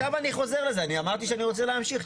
עכשיו אני חוזר לזה, אמרתי שאני רוצה להמשיך.